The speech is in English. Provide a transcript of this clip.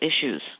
issues